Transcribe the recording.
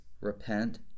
Repent